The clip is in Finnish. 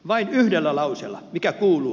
vain yhdellä lauseella mikä kuuluu